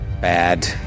Bad